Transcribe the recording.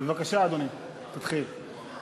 בבקשה, אדוני, תתחיל.